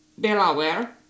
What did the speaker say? Delaware